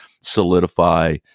solidify